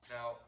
Now